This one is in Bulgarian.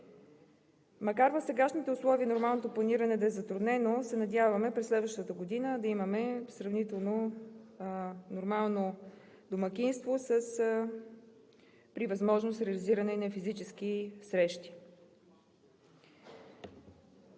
Макар в сегашните условия нормалното планиране да е затруднено, се надяваме през следващата година да имаме сравнително нормално домакинство с при възможност реализиране на физически срещи.